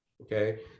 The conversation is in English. Okay